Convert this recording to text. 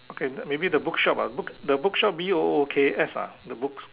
okay maybe the book shop ah book the book shop B O O K S ah the books